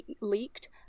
leaked